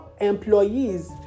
employees